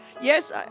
Yes